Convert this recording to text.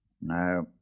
No